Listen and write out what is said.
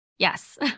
Yes